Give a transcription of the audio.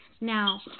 Now